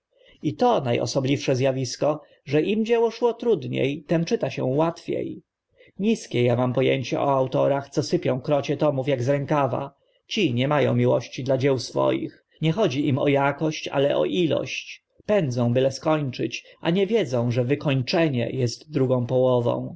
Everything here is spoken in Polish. osobliwsze z awisko że im dzieło szło trudnie tym czyta się łatwie niskie a mam po ęcie o autorach co sypią krocie tomów ak z rękawa ci nie ma ą miłości dla dzieł swoich nie chodzi im o akość ale o ilość pędzą byle skończyć a nie wiedzą że wykończenie est drugą połową